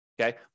Okay